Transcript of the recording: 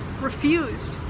refused